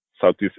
Southeast